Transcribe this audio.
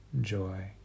joy